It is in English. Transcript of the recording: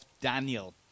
Daniel